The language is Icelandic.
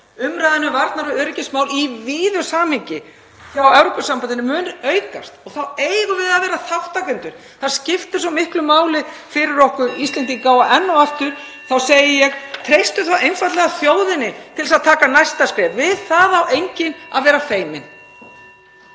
Umræðan um varnar- og öryggismál í víðu samhengi hjá Evrópusambandinu mun aukast og þá eigum við að vera þátttakendur. Það skiptir svo miklu máli fyrir okkur Íslendinga. (Forseti hringir.) Enn og aftur segi ég: Treystum einfaldlega þjóðinni til að taka næsta skref. Við það á enginn að vera feiminn.